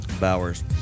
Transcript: Bowers